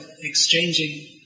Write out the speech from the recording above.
exchanging